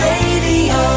Radio